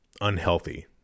unhealthy